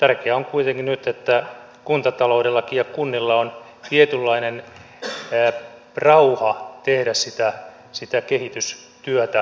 tärkeää on kuitenkin nyt että kuntataloudellakin ja kunnilla on tietynlainen rauha tehdä sitä kehitystyötä tästä eteenpäin